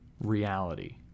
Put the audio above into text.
reality